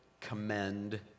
commend